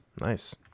nice